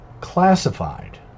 classified